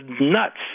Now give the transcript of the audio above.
nuts